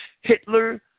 Hitler